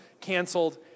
canceled